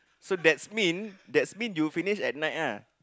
so that's mean that's mean you finish at night lah